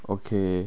okay